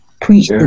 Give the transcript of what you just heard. preach